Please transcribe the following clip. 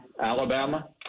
Alabama